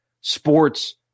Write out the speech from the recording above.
sports